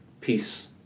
peace